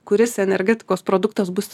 kuris energetikos produktas bus